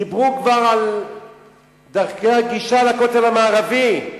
דיברו כבר על דרכי הגישה לכותל המערבי,